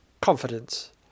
Confidence